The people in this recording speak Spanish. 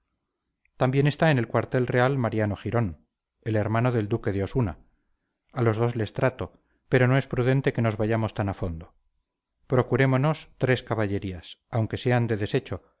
también está en el cuartel real mariano girón el hermano del duque de osuna a los dos les trato pero no es prudente que nos vayamos tan a fondo procurémonos tres caballerías aunque sean de desecho